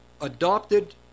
adopted